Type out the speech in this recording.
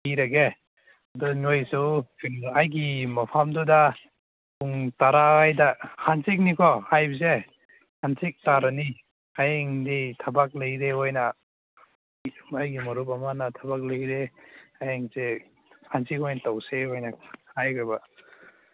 ꯄꯤꯔꯒꯦ ꯑꯗꯨ ꯅꯣꯏꯁꯨ ꯑꯩꯒꯤ ꯃꯐꯝꯗꯨꯗ ꯄꯨꯡ ꯇꯔꯥꯏꯗ ꯍꯪꯆꯤꯠꯅꯤꯀꯣ ꯍꯥꯏꯔꯤꯁꯦ ꯍꯪꯆꯤꯠ ꯇꯥꯔꯅꯤ ꯍꯌꯦꯡꯗꯤ ꯊꯕꯛ ꯂꯩꯔꯦ ꯑꯣꯏꯅ ꯏꯁ ꯑꯩꯒꯤ ꯃꯔꯨꯞ ꯑꯃꯅ ꯊꯕꯛ ꯂꯩꯔꯦ ꯍꯌꯦꯡꯁꯦ ꯍꯪꯆꯤꯠ ꯑꯣꯏꯅ ꯇꯧꯁꯦ ꯑꯣꯏꯅ ꯍꯥꯏꯈ꯭ꯔꯕ